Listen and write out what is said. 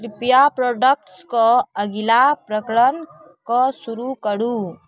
कृपया प्रोडक्ट्स कऽ अगिला प्रकरण कऽ शुरू करू